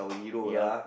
ya